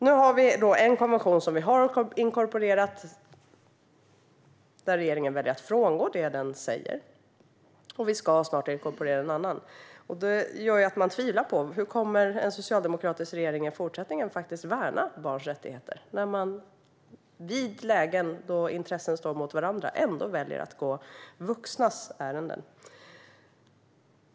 Nu har vi alltså en konvention som vi har inkorporerat och som regeringen väljer att frångå, och vi ska snart inkorporera en annan. Det gör ju att man tvivlar: Hur kommer en socialdemokratisk regering i fortsättningen att faktiskt värna barns rättigheter, när man i lägen där intressen står mot varandra väljer att gå vuxnas ärenden?